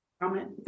comment